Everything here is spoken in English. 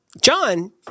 John